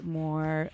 more